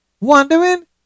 Wondering